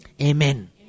Amen